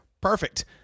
Perfect